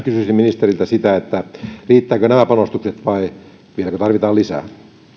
kysyisin ministeriltä sitä riittävätkö nämä panostukset vai vieläkö tarvitaan lisää